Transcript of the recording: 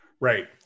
Right